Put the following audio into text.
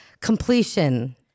completion